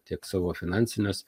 tiek savo finansinius